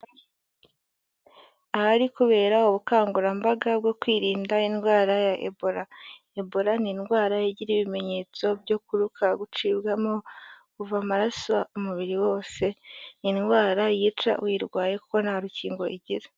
Ahari kubera ubukangurambaga bwo kwirinda indwara ya ebola, ebola ni indwara igira ibimenyetso byo kuruka, gucibwamo, kuva amaraso umubiri wose, ni indwara yica uyirwaye kuko nta rukingo igira.